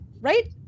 right